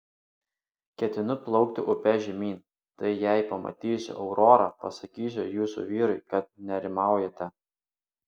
ketinu plaukti upe žemyn tai jei pamatysiu aurorą pasakysiu jūsų vyrui kad nerimaujate